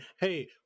hey